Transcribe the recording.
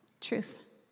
Truth